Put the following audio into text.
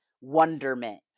wonderment